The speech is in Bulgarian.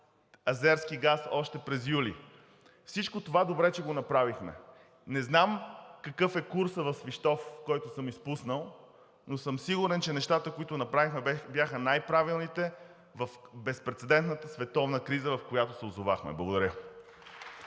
азерски газ, още през юли. Всичко това добре, че го направихме. Не знам какъв е курсът в Свищов, който съм изпуснал, но съм сигурен, че нещата, които направихме, бяха най-правилните в безпрецедентната световна криза, в която се озовахме. Благодаря.